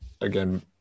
again